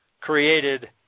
created